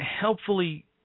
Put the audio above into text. helpfully